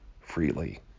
freely